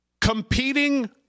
competing